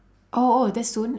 oh oh that's soon